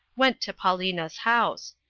went to paulina's house,